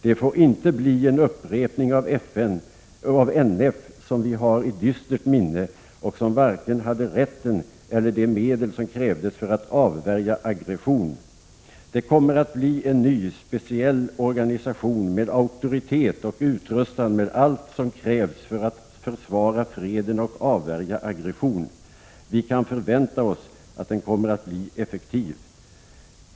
Det får inte bli en upprepning av NF, som vi har i dystert minne och som varken hade rätten eller de medel som krävdes för att avvärja aggression. Det kommer att bli en ny, speciell organisation med auktoritet och utrustad med allt som krävs för att försvara freden och avvärja aggression. Kan vi förvänta oss att den kommer att bli effektiv?